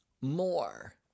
more